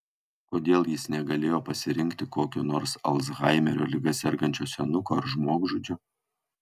kodėl jis negalėjo pasirinkti kokio nors alzhaimerio liga sergančio senuko ar žmogžudžio